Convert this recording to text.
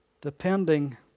depending